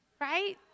Right